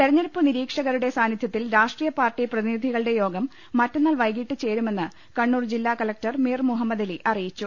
തെരഞ്ഞെടുപ്പ് നിരീക്ഷകരുടെ സ്റ്റ്നിധ്യത്തിൽ രാഷ്ട്രീയ പാർട്ടി പ്രതിനിധികളുടെ യോഗം മറ്റുന്നാൾ വൈകിട്ട് ചേരുമെന്ന് കണ്ണൂർ ജില്ലാ കലക്ടർ മിർ മുഹമ്മദലി അറിയിച്ചു